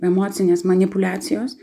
emocinės manipuliacijos